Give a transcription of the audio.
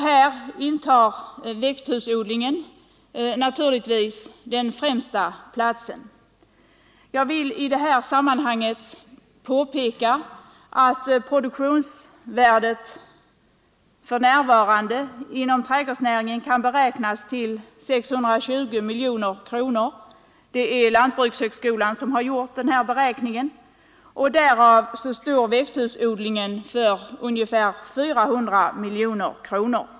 Här intar växthusodlingen naturligtvis den främsta platsen. Jag vill i det här sammanhanget påpeka att produktionsvärdena inom trädgårdsnäringen för närvarande kan beräknas till 620 miljoner kronor — lantbrukshögskolan har gjort den beräkningen — och därav står växthusodlingen för ungefär 400 miljoner kronor.